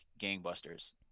gangbusters